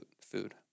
food